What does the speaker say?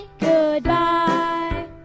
Goodbye